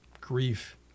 grief